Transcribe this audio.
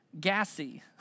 gassy